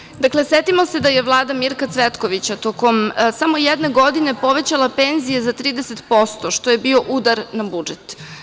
Nastavite.) Dakle, Setimo se da je Vlada Mirka Cvetkovića, tokom samo jedne godine, povećala penzije za 30% što je bio udar na budžet.